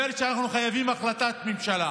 היא אומרת שחייבים החלטת ממשלה